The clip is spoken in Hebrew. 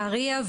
נהריה,